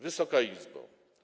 Wysoka Izbo!